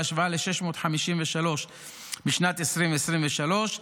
בהשוואה ל-653 בשנת 2023,